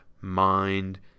mind